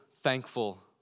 thankful